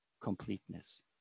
completeness